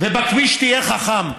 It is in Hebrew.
ובכביש תהיה חכם.